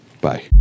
Bye